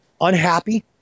unhappy